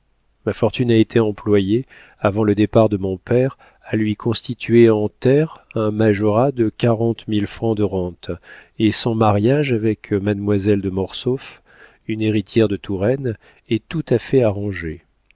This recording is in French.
ma fortune a été employée avant le départ de mon père à lui constituer en terres un majorat de quarante mille francs de rente et son mariage avec mademoiselle de mortsauf une héritière de touraine est tout à fait arrangé